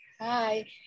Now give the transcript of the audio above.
Hi